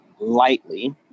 lightly